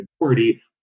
majority